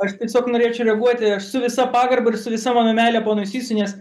aš tiesiog norėčiau reaguoti su visa pagarba ir su visa mano meile ponui sysui nes